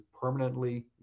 permanently